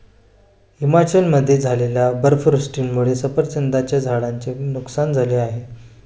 हिमाचलमध्ये झालेल्या बर्फवृष्टीमुळे सफरचंदाच्या झाडांचे नुकसान झाले आहे